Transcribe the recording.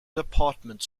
department